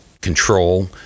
control